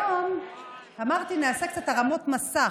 היום אמרתי: נעשה קצת הרמות מסך.